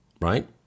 right